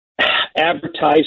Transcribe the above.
advertising